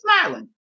smiling